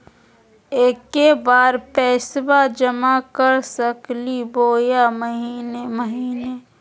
एके बार पैस्बा जमा कर सकली बोया महीने महीने?